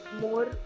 more